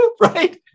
right